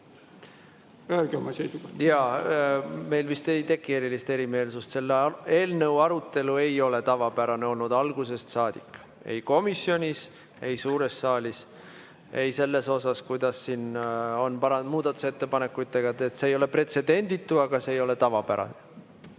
Jaa, meil vist ei teki erilist erimeelsust. Selle eelnõu arutelu ei ole tavapärane olnud algusest saadik ei komisjonis, ei suures saalis, ei selles osas, kuidas siin on [esitatud] muudatusettepanekuid. See ei ole pretsedenditu, aga see ei ole tavapärane. Siim